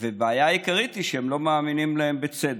והבעיה העיקרית היא שהם לא מאמינים להם בצדק.